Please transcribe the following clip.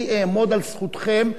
אני אעמוד על זכותכם,